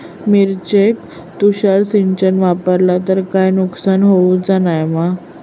मिरचेक तुषार सिंचन वापरला तर काय नुकसान होऊचा नाय मा?